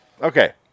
Okay